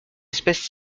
espèces